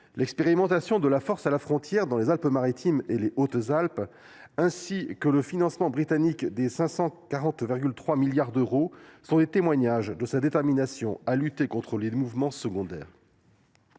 l’expérimentation de la « force à la frontière » dans les Alpes Maritimes et les Hautes Alpes ainsi que le financement britannique de 543 millions d’euros sont des témoignages de la détermination de l’exécutif à lutter contre les mouvements secondaires.